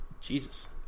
Jesus